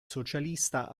socialista